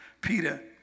Peter